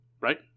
right